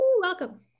Welcome